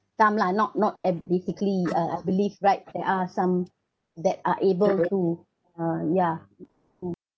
some lah not not at basically uh I believe right there are some that are able to uh yeah mm